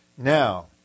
Now